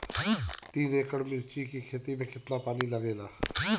तीन एकड़ मिर्च की खेती में कितना पानी लागेला?